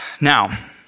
Now